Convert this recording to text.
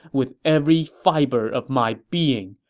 with every fiber of my being,